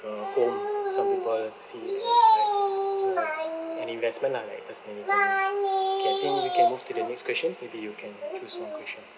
a home ah some people see it as like a an investment lah like personally for me okay I think we can move to the next question maybe you can choose one question